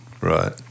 Right